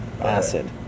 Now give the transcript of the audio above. acid